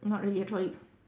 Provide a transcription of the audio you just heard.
not really a trolley